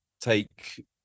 take